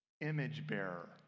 image-bearer